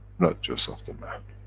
not just of the man.